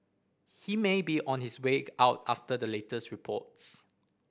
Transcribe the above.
he may be on his way out after the latest reports